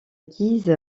guise